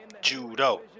Judo